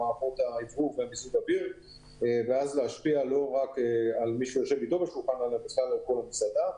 מערכות המיזוג ואז להשפיע על כל יושבי המסעדה.